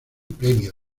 premio